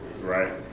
right